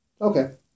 Okay